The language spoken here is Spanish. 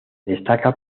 destaca